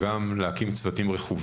ולא היה מנוס מלקיים את הדיון החשוב